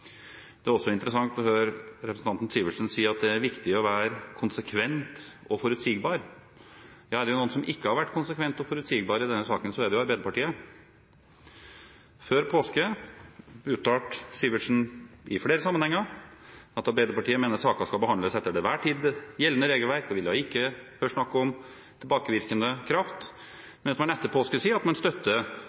Det er også interessant å høre representanten Sivertsen si at det er viktig å være konsekvent og forutsigbar, for er det noen som ikke har vært konsekvent og forutsigbar i denne saken, er det Arbeiderpartiet. Før påske uttalte Sivertsen i flere sammenhenger at Arbeiderpartiet mener saker skal behandles etter det til enhver tid gjeldende regelverk, og ville ikke høre snakk om tilbakevirkende kraft, mens man etter påske sier at man støtter